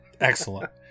Excellent